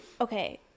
Okay